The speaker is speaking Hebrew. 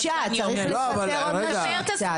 היא אישה, צריך לפטר עוד נשים קצת.